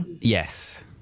Yes